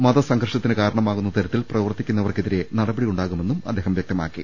മതസംഘർഷത്തിന് കാരണമാകുന്ന തരത്തിൽ പ്രവർത്തിക്കു ന്നവർക്കെതിരെ നടപടി ഉണ്ടാകുമെന്നും അദ്ദേഹം വ്യക്തമാക്കി